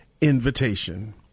invitation